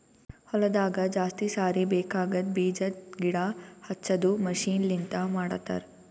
ಹೊಲದಾಗ ಜಾಸ್ತಿ ಸಾರಿ ಬೇಕಾಗದ್ ಬೀಜದ್ ಗಿಡ ಹಚ್ಚದು ಮಷೀನ್ ಲಿಂತ ಮಾಡತರ್